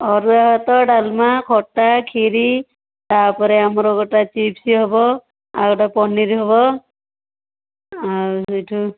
ଅରୁଆ ଭାତ ଡାଲମା ଖଟା କ୍ଷୀରି ତା'ପରେ ଆମର ଗୋଟେ ଚିପ୍ସ ହେବ ଆଉ ଗୋଟେ ପନିର୍ ହେବ ଆଉ ସେଇଠୁ